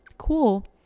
cool